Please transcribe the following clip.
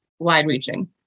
wide-reaching